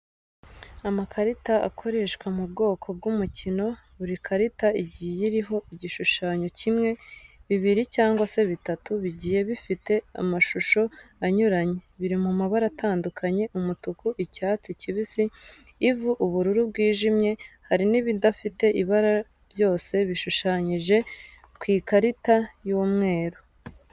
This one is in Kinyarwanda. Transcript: Amakarita akoreshwa mu bwoko bw'umukino, buri karita igiye iriho igishushanye kimwe, bibiri cyangwa se bitatu, bigiye bifite amashusho anyuranye, biri mu mabara atandukanye umutuku, icyatsi kibisi, ivu, ubururu bwijimye hari n'ibidafite ibara byose bishushanyije ku ikarita y'umweru.